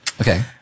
Okay